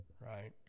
right